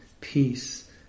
peace